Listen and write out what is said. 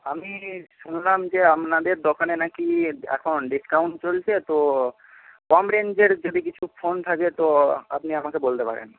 আমি শুনলাম যে আপনাদের দোকানে নাকি এখন ডিসকাউন্ট চলছে তো কম রেঞ্জের যদি কিছু ফোন থাকে তো আপনি আমাকে বলতে পারেন